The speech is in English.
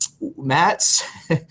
Matt's